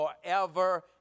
forever